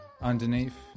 underneath